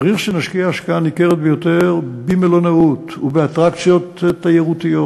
צריך שנשקיע השקעה ניכרת ביותר במלונאות ובאטרקציות תיירותיות.